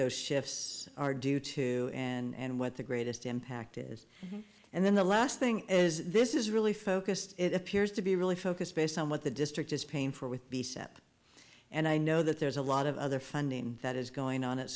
those shifts are due to and what the greatest impact is and then the last thing is this is really focused it appears to be really focused based on what the district is paying for with be set up and i know that there's a lot of other funding that is going on at